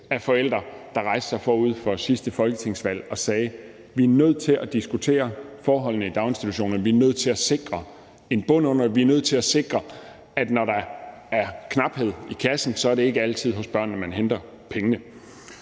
af forældre, der rejste sig forud for sidste folketingsvalg og sagde: Vi er nødt til at diskutere forholdene i daginstitutioner, vi er nødt til at sikre en bund under det, vi er nødt til at sikre, at når der er knaphed i kassen, så er det ikke altid hos børnene, man henter pengene.